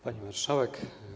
Pani Marszałek!